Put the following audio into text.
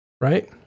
right